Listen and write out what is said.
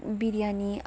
biryani